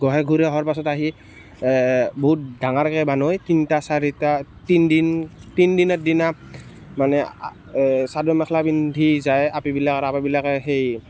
গোঁসাই ঘূৰি অহাৰ পিছত আহি বহুত ডাঙৰকৈ বনায় তিনিটা চাৰিটা তিনিদিন তিনিদিনৰ দিনা মানে চাদৰ মেখেলা পিন্ধি যায় আপিবিলাক আৰু আপাবিলাকে সেই